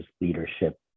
leadership